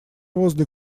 возле